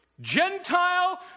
Gentile